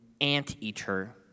anteater